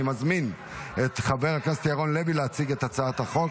אני מזמין את חבר הכנסת ירון לוי להציג את הצעת החוק.